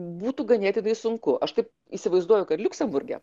būtų ganėtinai sunku aš taip įsivaizduoju kad liuksemburge